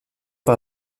par